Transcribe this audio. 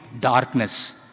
darkness